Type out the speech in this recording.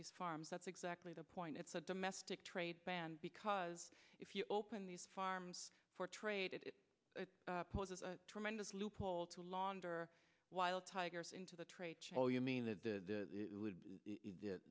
these farms that's exactly the point it's a domestic trade ban because if you open these farms for trade it poses a tremendous loophole to launder wild tigers into the trade show you mean that the